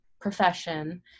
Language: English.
profession